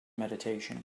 meditation